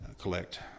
collect